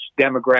demographic